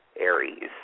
Aries